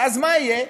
ואז מה יהיה?